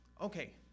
okay